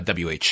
WH